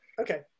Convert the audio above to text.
okay